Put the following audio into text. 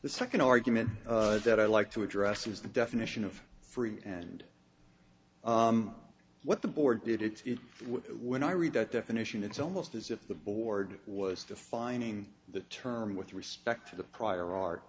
the second argument that i'd like to address is the definition of free and what the board did it is when i read that definition it's almost as if the board was defining the term with respect to the prior art